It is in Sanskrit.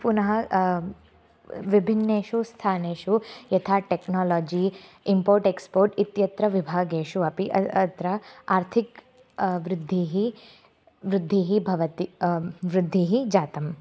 पुनः विभिन्नेषु स्थानेषु यथा टेक्नोलजी इम्पोट् एक्सपोट् इत्यत्र विभागेषु अपि अत्र आर्थिकवृद्धिः वृद्धिः भवति वृद्धिः जाता